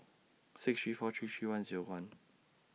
six three four three three one Zero one